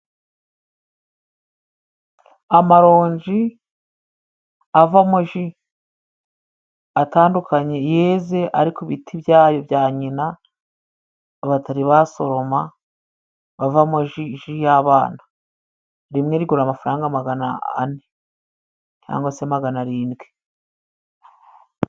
Amaronji avamo ji atandukanye yeze ari ku biti byayo bya nyina, batari basoroma avamo ji ji y'abana. Rimwe rigura amafaranga magana ane cyangwa se magana arindwi.